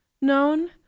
known